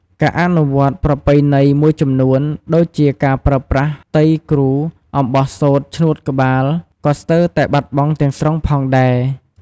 ការអនុវត្តន៍ប្រពៃណីមួយចំនួន ដូចជាការប្រើប្រាស់ "ទៃគ្រូ" អំបោះសូត្រឈ្នួតក្បាល ក៏ស្ទើរតែបាត់បង់ទាំងស្រុងផងដែរ។